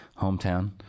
hometown